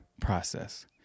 process